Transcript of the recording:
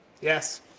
Yes